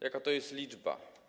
Jaka to jest liczba?